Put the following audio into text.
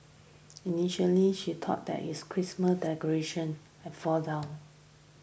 initially she thought that is Christmas decoration had fallen down